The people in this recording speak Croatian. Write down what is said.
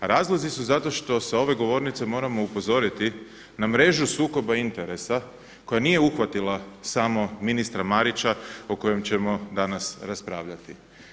Razlozi su zato što sa ove govornice moramo upozoriti na mrežu sukoba interesa koja nije uhvatila samo ministra Marića o kojem ćemo danas raspravljati.